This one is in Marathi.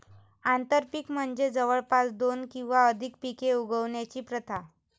आंतरपीक म्हणजे जवळपास दोन किंवा अधिक पिके उगवण्याची प्रथा